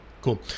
Cool